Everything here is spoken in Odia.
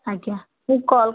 ଆଜ୍ଞା ମୁଁ କଲ୍